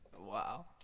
Wow